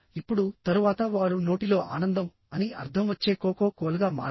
ఇప్పుడు తరువాత వారు నోటిలో ఆనందం అని అర్ధం వచ్చే కోకో కోల్ గా మారారు